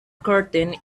curtain